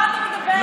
במדינות אירופה,